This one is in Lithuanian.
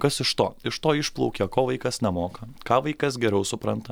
kas iš to iš to išplaukia ko vaikas nemoka ką vaikas geriau supranta